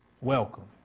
Welcome